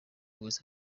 wese